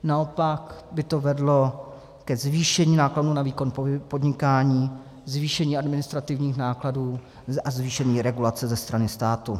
Naopak by to vedlo ke zvýšení nákladů na výkon podnikání, zvýšení administrativních nákladů a zvýšení regulace ze strany státu.